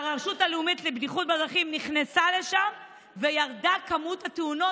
והרשות הלאומית לבטיחות בדרכים נכנסה לשם וירד מספר התאונות,